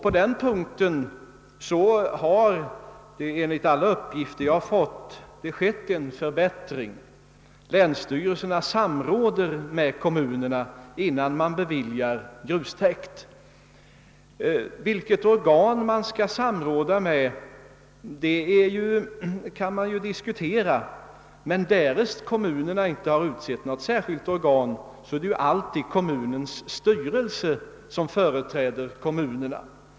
På den punkten har det enligt alla uppgifter jag fått skett en förbättring; länsstyrelserna samråder med kommunerna innan de beviljar grustäkter. Vilket organ länsstyrelserna skall samråda med kan man diskutera, men därest kommunerna inte utsett något särskilt organ för den uppgiften, är det alltid kommunernas styrelse som företräder kommunerna.